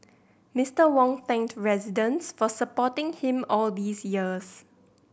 Mister Wong thanked residents for supporting him all these years